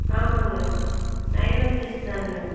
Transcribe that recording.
ஆமாம்ங்க nine one six தாங்க